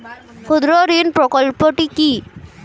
ক্ষুদ্রঋণ প্রকল্পটি কি?